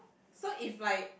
so if like